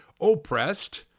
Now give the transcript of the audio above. oppressed